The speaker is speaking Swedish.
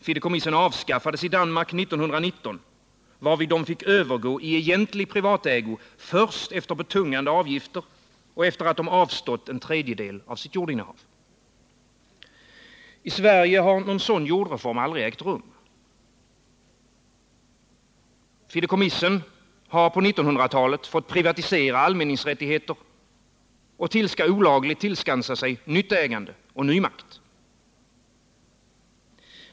Fideikommissen avskaffades i Danmark 1919, varvid de fick övergå i egentlig privat ägo först efter betungande avgifter och efter att de avstått en tredjedel av sitt jordinnehav. I Sverige har någon sådan jordreform aldrig ägt rum. Fideikommissen har på 1900-talet fått privatisera allmänningsrättigheter och olagligt tillskansa sig nytt ägande och ny makt.